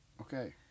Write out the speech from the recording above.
Okay